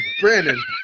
Brandon